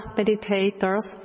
meditators